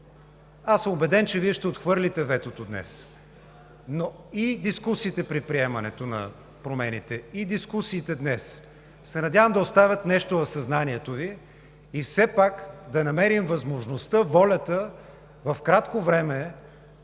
съм, че Вие ще отхвърлите ветото днес, но и дискусиите при приемането на промените, и дискусиите днес се надявам да оставят нещо в съзнанието Ви и все пак да намерим възможността, волята и Ви